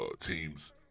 teams